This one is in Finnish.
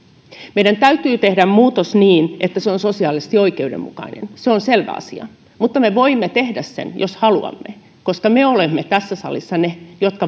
meidän täytyy tehdä muutos niin että se on sosiaalisesti oikeudenmukainen se on selvä asia mutta me voimme tehdä sen jos haluamme koska me tässä salissa olemme niitä